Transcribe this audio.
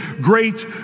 great